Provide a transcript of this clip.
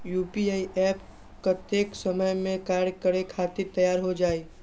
UPI app कतेइक समय मे कार्य करे खातीर तैयार हो जाई?